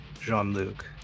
Jean-Luc